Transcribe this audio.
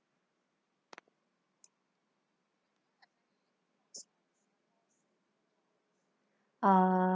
err